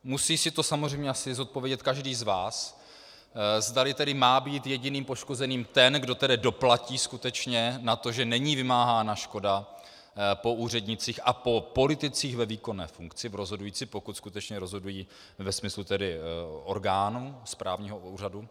Musí si to samozřejmě asi zodpovědět každý z vás, zdali tedy má být jediným poškozeným ten, kdo tedy skutečně doplatí na to, že není vymáhána škoda po úřednících a po politicích ve výkonné funkci, pokud skutečně rozhodují ve smyslu orgánu, správního úřadu.